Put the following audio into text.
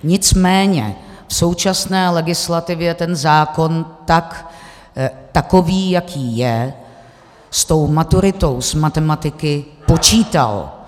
Nicméně v současné legislativě ten zákon takový, jaký je, s tou maturitou z matematiky počítal.